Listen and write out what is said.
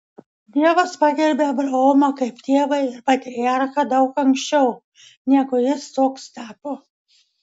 dievas pagerbė abraomą kaip tėvą ir patriarchą daug anksčiau negu jis toks tapo